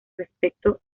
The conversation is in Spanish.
respecto